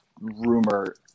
rumor